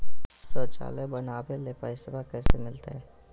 शौचालय बनावे ले पैसबा कैसे मिलते?